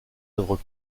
œuvres